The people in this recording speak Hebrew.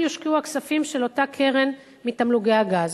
יושקעו הכספים של אותה קרן מתמלוגי הגז.